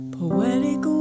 poetic